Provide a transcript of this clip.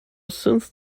since